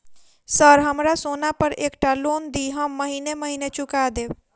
Sir हमरा सोना पर एकटा लोन दिऽ हम महीने महीने चुका देब?